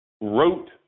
wrote